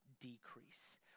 decrease